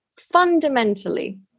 fundamentally